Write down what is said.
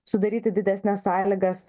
sudaryti didesnes sąlygas